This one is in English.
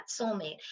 soulmate